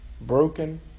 Broken